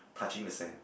touching the sand